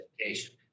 education